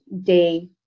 day